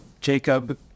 Jacob